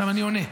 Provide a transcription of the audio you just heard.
עכשיו אני עונה.